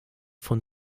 von